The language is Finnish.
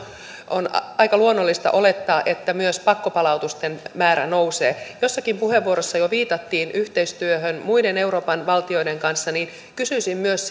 on aika luonnollista olettaa että myös pakkopalautusten määrä nousee jossakin puheenvuorossa jo viitattiin yhteistyöhön muiden euroopan valtioiden kanssa kysyisin myös